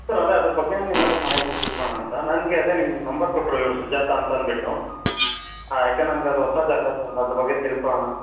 sir ಅದೇ ಅದರ ಬಗ್ಗೆಯೇ ನಿಮ್ಮ ಹತ್ತಿರ ಮಾಹಿತಿ ತಿಳ್ಕೊಳ್ಳೋಣ ಅಂತ ನನಗೆ ಅದೇ ನಿಮ್ಮ ನಂಬರ್ ಕೊಟ್ಟರು ಇವರು ಸುಜಾತ ಅಂತ ಅಂದುಬಿಟ್ಟು ಯಾಕೆ ನನಗದು ಹೊಸ ಜಾಗ ಸೋ ಅದರ ಬಗ್ಗೆ ತಿಳ್ಕೊಳ್ಳೋಣ